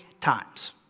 times